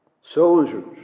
Soldiers